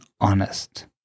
honest